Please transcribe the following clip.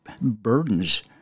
burdens